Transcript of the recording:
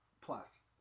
Plus